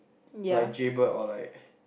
like Jaybird or like